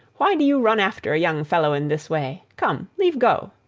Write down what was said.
why do you run after a young fellow in this way? come, leave go!